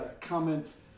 comments